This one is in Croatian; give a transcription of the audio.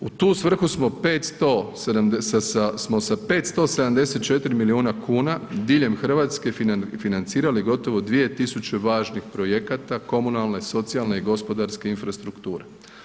U tu svrhu smo sa 574 milijuna kuna diljem Hrvatske financirali gotovo 2000 važnih projekata, komunalne, socijalne i gospodarske infrastrukture.